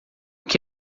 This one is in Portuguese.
que